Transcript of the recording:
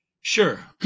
Sure